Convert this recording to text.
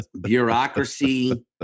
bureaucracy